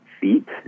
feet